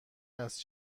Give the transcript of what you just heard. است